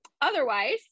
Otherwise